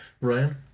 Ryan